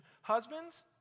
Husbands